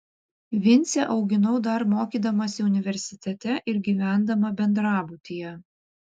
vincę auginau dar mokydamasi universitete ir gyvendama bendrabutyje